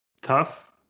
tough